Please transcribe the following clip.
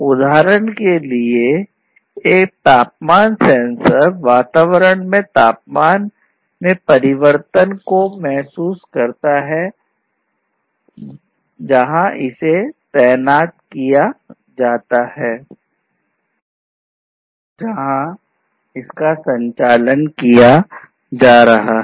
उदाहरण के लिए एक तापमान सेंसर वातावरण के तापमान में परिवर्तन को महसूस करता है जहां इसे तैनात किया गया है और जहां का संचालन किया जा रहा है